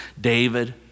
David